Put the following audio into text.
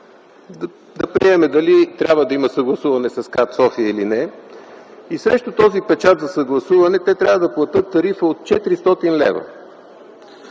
Да приемем дали трябва да има съгласуване с КАТ-София или не и срещу този печат за съгласуване те трябва да платят тарифа от 400 лв.